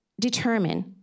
determine